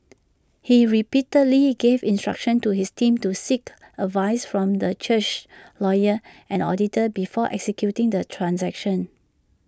he repeatedly gave instructions to his team to seek advice from the church's lawyers and auditors before executing the transactions